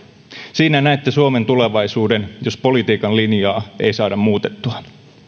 siinä näette suomen tulevaisuuden jos politiikan linjaa ei saada muutettua